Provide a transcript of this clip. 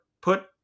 put